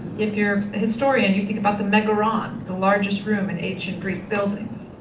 if you're a historian you think about the megaron, the largest room in ancient greek buildings.